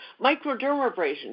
Microdermabrasion